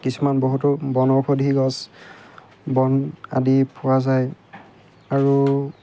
কিছুমান বহুতো বনৌষধি গছ বন আদি পোৱা যায় আৰু